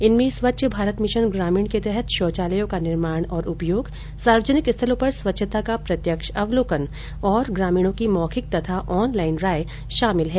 इनमें स्वच्छ मारत मिशन ग्रामीण के तहत शौचालयों का निर्माण और उपयोग सार्वजनिक स्थलों पर स्वच्छता का प्रत्यक्ष अवलोकन और ग्रामीणों की मौखिक तथा ऑनलाईन राय शामिल है